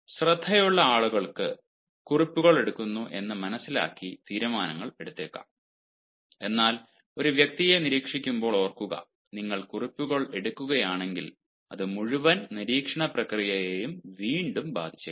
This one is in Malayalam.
ശ്രദ്ധയുള്ള ആളുകൾക്ക് കുറിപ്പുകൾ എടുക്കുന്നു എന്ന് മനസ്സിലാക്കി തീരുമാനങ്ങൾ എടുത്തേക്കാം എന്നാൽ ഒരു വ്യക്തിയെ നിരീക്ഷിക്കുമ്പോൾ ഓർക്കുക നിങ്ങൾ കുറിപ്പുകൾ എടുക്കുകയാണെങ്കിൽ അത് മുഴുവൻ നിരീക്ഷണ പ്രക്രിയയെയും വീണ്ടും ബാധിച്ചേക്കാം